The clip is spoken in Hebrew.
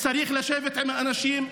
צריך לשבת עם האנשים,